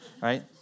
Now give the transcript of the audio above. right